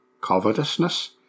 covetousness